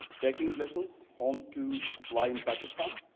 taking lessons home to apply in pakistan,